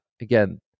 again